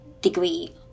degree